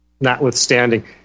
notwithstanding